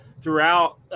throughout